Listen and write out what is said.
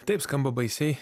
taip skamba baisiai